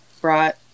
brought